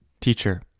Teacher